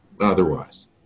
otherwise